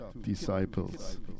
Disciples